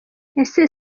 ese